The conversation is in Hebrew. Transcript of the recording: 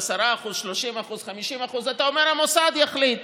10%, 30%, 50%. אתה אומר: המוסד יחליט.